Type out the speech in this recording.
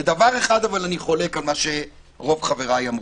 אבל בדבר אחד אני חולק על מה שאמרו רוב חבריי.